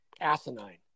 asinine